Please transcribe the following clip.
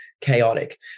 chaotic